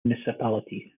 municipality